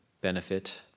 benefit